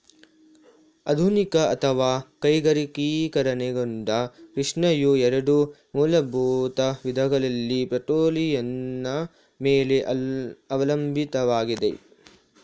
ಆಧುನಿಕ ಅಥವಾ ಕೈಗಾರಿಕೀಕರಣಗೊಂಡ ಕೃಷಿಯು ಎರಡು ಮೂಲಭೂತ ವಿಧಗಳಲ್ಲಿ ಪೆಟ್ರೋಲಿಯಂನ ಮೇಲೆ ಅವಲಂಬಿತವಾಗಿದೆ